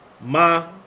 Ma